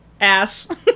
ass